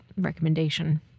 recommendation